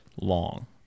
long